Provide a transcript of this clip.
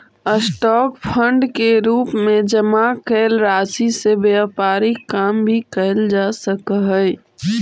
stock fund के रूप में जमा कैल राशि से व्यापारिक काम भी कैल जा सकऽ हई